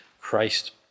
Christ